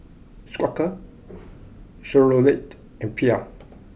Quaker Chevrolet and Bia